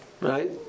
right